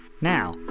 Now